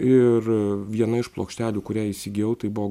ir viena iš plokštelių kurią įsigijau tai buvo